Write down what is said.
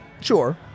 Sure